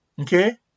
okay